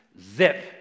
Zip